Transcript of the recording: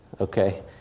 Okay